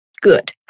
good